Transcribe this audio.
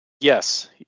Yes